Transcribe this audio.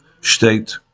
state